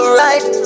right